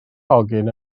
hogyn